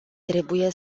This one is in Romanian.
trebuie